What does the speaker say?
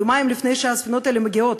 יומיים לפני שהספינות האלו מגיעות.